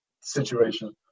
situation